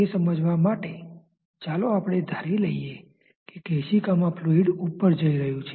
તે સમજવા માટે ચાલો આપણે ધારી લઈએ કે કેશિકા મા ફ્લુઈડ ઉપર જઇ રહ્યુ છે